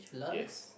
yes